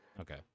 okay